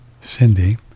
Cindy